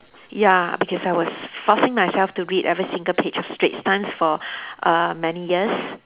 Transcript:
ya because I was forcing myself to read every single page of Straits Times for uh many years